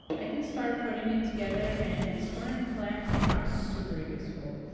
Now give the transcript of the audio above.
i can start putting it together and this corner clamp came out super useful.